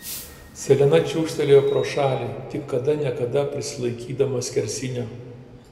selena čiūžtelėjo pro šalį tik kada ne kada prisilaikydama skersinio